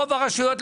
רוב הרשויות,